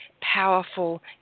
powerful